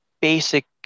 basic